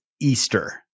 Easter